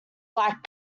lack